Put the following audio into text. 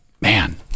Man